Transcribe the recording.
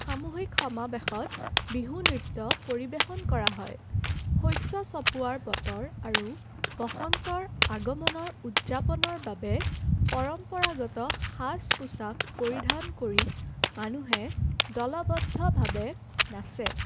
সামূহিক সমাৱেশত বিহু নৃত্য পৰিৱেশন কৰা হয় শস্য চপোৱাৰ বতৰ আৰু বসন্তৰ আগমনৰ উদযাপনৰ বাবে পৰম্পৰাগত সাজ পোচাক পৰিধান কৰি মানুহে দলবদ্ধভাৱে নাচে